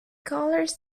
colors